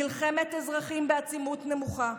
מלחמת אזרחים בעצימות נמוכה.